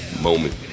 moment